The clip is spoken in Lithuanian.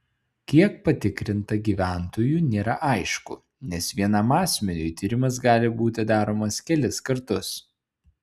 kiek patikrinta gyventojų nėra aišku nes vienam asmeniui tyrimas gali būti daromas kelis kartus